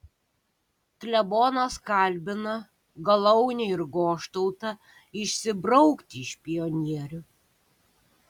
klebonas kalbina galaunę ir goštautą išsibraukti iš pionierių